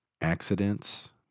accidents